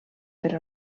per